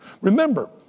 Remember